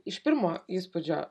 iš pirmo įspūdžio